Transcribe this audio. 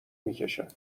میکشن